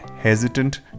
hesitant